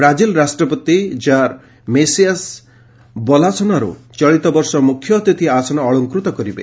Brazil ରାଷ୍ଟ୍ରପତି କ୍କାର୍ Messias Bolsonaro ଚଳିତବର୍ଷ ମୁଖ୍ୟଅତିଥି ଆସନ ଅଳଙ୍କୃତ କରିବେ